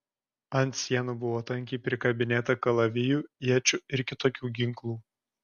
ant sienų buvo tankiai prikabinėta kalavijų iečių ir kitokių ginklų